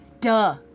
Duh